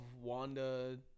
Wanda